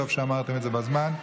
טוב שאמרתם זאת בזמן.